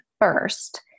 first